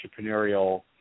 entrepreneurial